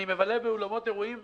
אני מבלה באולמות אירועים,